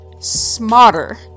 smarter